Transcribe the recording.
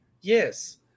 yes